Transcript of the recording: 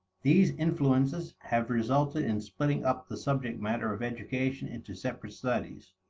these influences have resulted in splitting up the subject matter of education into separate studies.